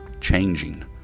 changing